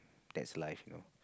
that's life you know